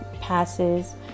passes